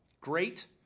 Great